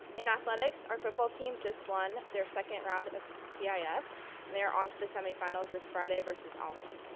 in athletics, our football team just won their second round of so ah cif and they are on to the semi finals this friday versus ah alemany.